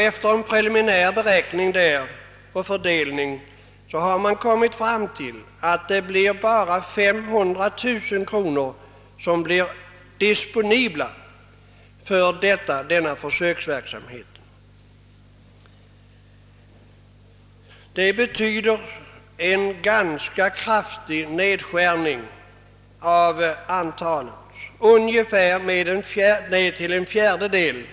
Efter en preliminär beräkning har man kommit fram till att det bara blir 500 000 kronor disponibla för försöksverksamheten. Det betyder en nedskärning av antalet försök till en fjärdedel.